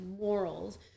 morals